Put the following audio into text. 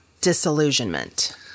disillusionment